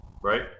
Right